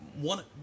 one